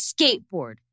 skateboard